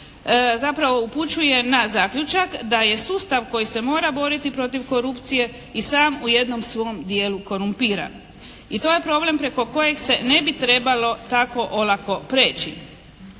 zapravo upućuje na zaključak da je sustav koji se mora boriti protiv korupcije i sam u jednom svom dijelu korumpiran. I to je problem preko kojeg se ne bi trebalo tako olako preći.